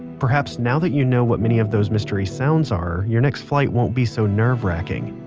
perhaps now that you know what many of those mystery sounds are, your next flight won't be so nerve-wracking.